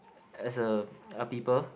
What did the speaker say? as a uh people